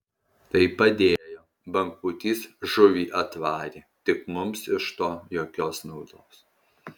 tai padėjo bangpūtys žuvį atvarė tik mums iš to jokios naudos